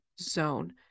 zone